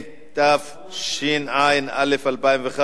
התשע"א 2011,